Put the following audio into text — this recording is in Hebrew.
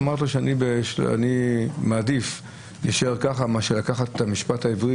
אמרתי לו שאני מעדיף להישאר כך מאשר לקחת את המשפט העברי